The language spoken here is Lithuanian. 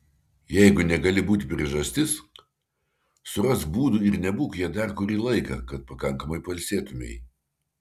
jeigu negali būti priežastis surask būdų ir nebūk ja dar kurį laiką kad pakankamai pailsėtumei